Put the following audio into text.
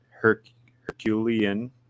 Herculean